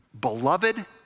beloved